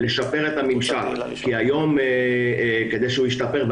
לשפר את הממשק כדי שהוא ישתפר.